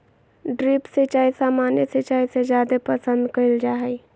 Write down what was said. drip सिंचाई सामान्य सिंचाई से जादे पसंद कईल जा हई